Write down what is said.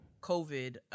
COVID